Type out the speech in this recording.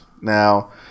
Now